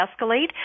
escalate